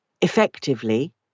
effectively